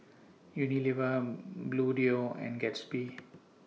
Unilever Bluedio and Gatsby